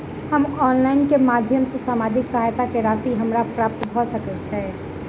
हम ऑनलाइन केँ माध्यम सँ सामाजिक सहायता केँ राशि हमरा प्राप्त भऽ सकै छै?